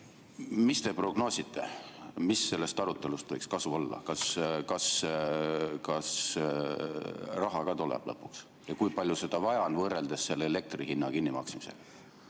Mida te prognoosite, mis sellest arutelust võiks kasu olla? Kas raha tuleb lõpuks? Ja kui palju seda vaja on võrreldes selle elektri hinna kinnimaksmisega?